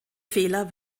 fehler